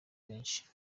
benshi